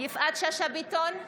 יפעת שאשא ביטון,